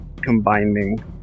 combining